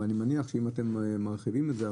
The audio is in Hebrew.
אבל אני מניח שאם אתם מרחיבים את זה,